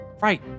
right